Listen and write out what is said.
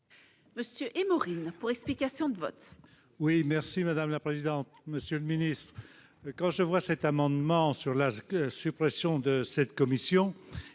Jean-Paul Émorine, pour explication de vote.